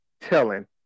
telling